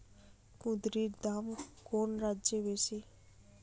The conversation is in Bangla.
কুঁদরীর দাম কোন রাজ্যে বেশি?